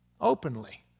Openly